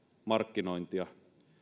markkinointia